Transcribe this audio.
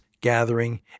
gathering